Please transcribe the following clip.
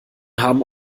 haben